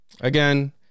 again